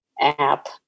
app